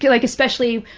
like especially,